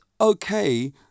okay